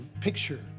picture